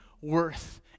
worth